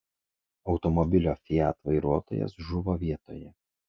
automobilio fiat vairuotojas žuvo vietoje